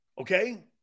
Okay